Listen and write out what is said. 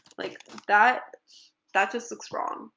like that that just looks wrong